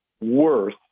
worth